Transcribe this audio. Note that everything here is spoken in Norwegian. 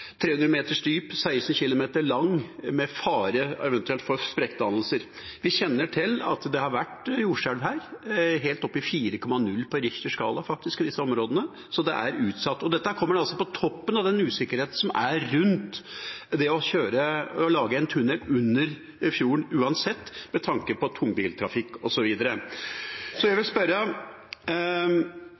300 meter dyp, 16 kilometer lang, og med eventuell fare for sprekkdannelser. Vi kjenner til at det har vært jordskjelv her – helt oppe i 4,0 på Richters skala, faktisk – i disse områdene, så det er utsatt. Dette kommer altså på toppen av den usikkerheten som er rundt det å lage en tunnel under fjorden uansett, med tanke på tungbiltrafikk osv. Så jeg vil spørre: